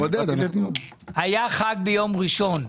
היה חג ביום ראשון.